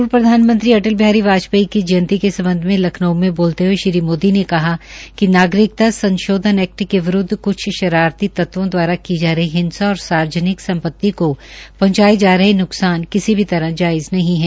पूर्व प्रधानमंत्री अटल बिहारी वाजपेयी की जयंती के सम्बध में लखनऊ में बोलते हये श्री मोदी ने कहा कि नागरिकता संशोधन एक्ट के विरूद्व क्छ शरारती तत्वों द्वारा की जा रही हिंसा और सार्वजनिक सम्पति को पहंचायें जा रहे न्कसान किसी भी तहर जायज़ नहीं है